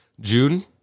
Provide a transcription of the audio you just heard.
June